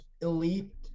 elite